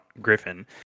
Griffin